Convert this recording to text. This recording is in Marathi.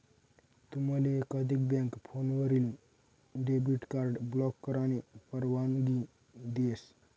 तुमले एकाधिक बँक फोनवरीन डेबिट कार्ड ब्लॉक करानी परवानगी देस